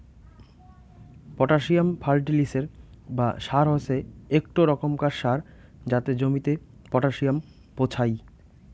potassium ফার্টিলিসের বা সার হসে একটো রোকমকার সার যাতে জমিতে পটাসিয়াম পোঁছাই